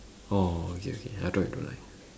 orh okay okay I thought you don't like